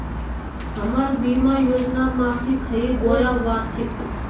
हमर बीमा योजना मासिक हई बोया वार्षिक?